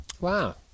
Wow